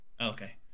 Okay